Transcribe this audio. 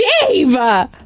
Dave